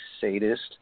sadist